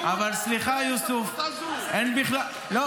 בליכוד --- אבל, סליחה, יוסף, אין בכלל --- מה